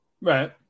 Right